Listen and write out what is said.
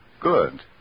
Good